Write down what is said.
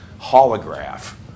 holograph